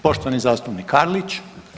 Poštovani zastupnik Karlić.